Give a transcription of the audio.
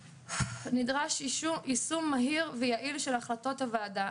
נדרש יישום מהיר ויעיל של החלטות הוועדה.